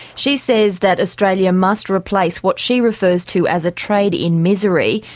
she says that australia must replace what she refers to as a trade in misery,